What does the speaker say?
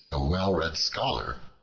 a well-read scholar,